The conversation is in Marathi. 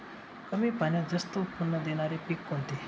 कमी पाण्यात जास्त उत्त्पन्न देणारे पीक कोणते?